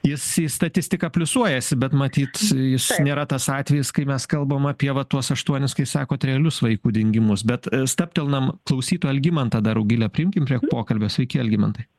jis į statistiką pliusuojasi bet matyt jis nėra tas atvejis kai mes kalbam apie vat tuos aštuonis kai sakote realius vaikų dingimus bet stabtelnam klausytą algimantą dar rugile priimkim prie pokalbio sveiki algimantai